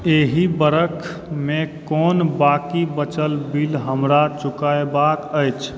एहि बरख मे कोन बाकि बचल बिल हमरा चुकयबाक अछि